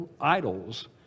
idols